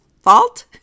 fault